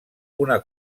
una